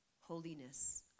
Holiness